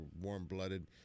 warm-blooded